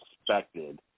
expected